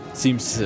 seems